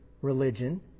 religion